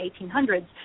1800s